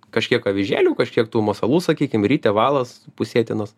kažkiek avižėlių kažkiek tų masalų sakykim ritė valas pusėtinas